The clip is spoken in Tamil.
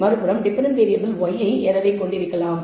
மறுபுறம் டெபென்டென்ட் வேறியபிள் yi எரரை கொண்டிருக்கலாம்